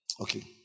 Okay